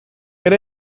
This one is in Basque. ere